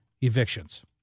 evictions